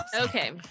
Okay